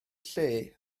lle